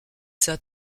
cela